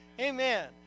Amen